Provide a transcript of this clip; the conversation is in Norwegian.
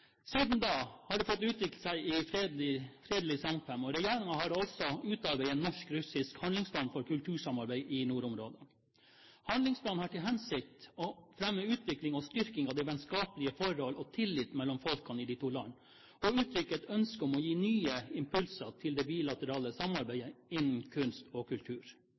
Siden da har det fått utvikle seg i fredelig samkvem, og regjeringen har også utarbeidet en norsk-russisk handlingsplan for kultursamarbeidet i nordområdene. Handlingsplanen har til hensikt å fremme utvikling og styrking av det vennskapelige forhold og tilliten mellom folkene i de to land, og uttrykker et ønske om å gi nye impulser til det bilaterale samarbeidet innen kunst og kultur.